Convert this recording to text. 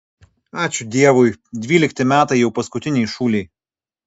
ačiū dievui dvylikti metai jau paskutiniai šūlėj